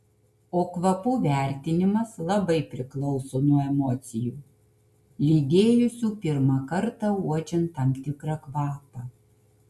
o kvapų vertinimas labai priklauso nuo emocijų lydėjusių pirmą kartą uodžiant tam tikrą kvapą